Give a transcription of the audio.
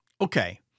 okay